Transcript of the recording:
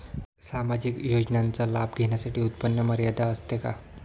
सामाजिक योजनांचा लाभ घेण्यासाठी उत्पन्न मर्यादा असते का?